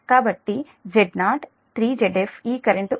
కాబట్టి Z0 3 Zf ఈ current ఉంది